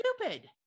stupid